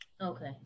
Okay